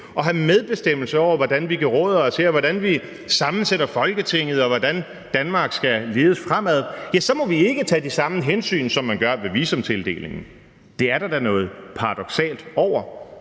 og have medbestemmelse over, hvordan vi geråder os her, hvordan vi sammensætter Folketinget, og hvordan Danmark skal ledes, så må vi ikke tage de samme hensyn, som man gør ved visumtildelingen. Det er der da noget paradoksalt over.